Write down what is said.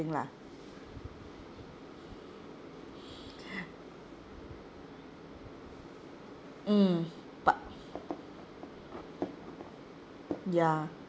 lah mm bu~ ya